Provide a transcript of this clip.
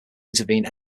intervene